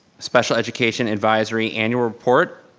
special education advisory annual report.